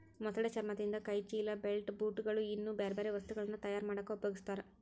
ಮೊಸಳೆ ಚರ್ಮದಿಂದ ಕೈ ಚೇಲ, ಬೆಲ್ಟ್, ಬೂಟ್ ಗಳು, ಇನ್ನೂ ಬ್ಯಾರ್ಬ್ಯಾರೇ ವಸ್ತುಗಳನ್ನ ತಯಾರ್ ಮಾಡಾಕ ಉಪಯೊಗಸ್ತಾರ